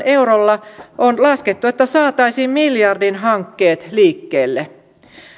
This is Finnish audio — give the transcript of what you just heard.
eurolla on laskettu että saataisiin miljardin hankkeet liikkeelle